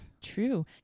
True